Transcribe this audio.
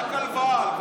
רק הלוואה,